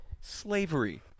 slavery